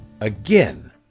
again